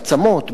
עצמות,